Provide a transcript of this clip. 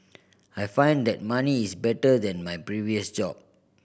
I find that money is better than my previous job